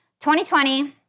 2020